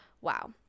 wow